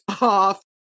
off